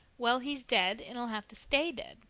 well, he's dead, and he'll have to stay dead,